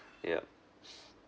yup